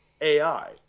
AI